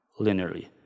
linearly